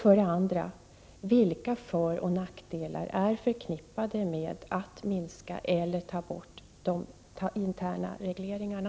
För det andra: Vilka föroch nackdelar är förknippade med att minska eller ta bort de interna regleringarna?